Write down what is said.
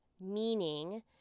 meaning